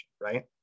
right